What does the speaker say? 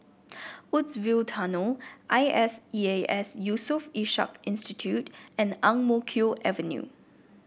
Woodsville Tunnel I S E A S Yusof Ishak Institute and Ang Mo Kio Avenue